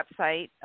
website